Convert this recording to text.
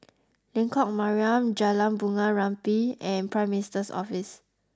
Lengkok Mariam Jalan Bunga Rampai and Prime Minister's Office